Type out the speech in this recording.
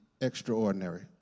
extraordinary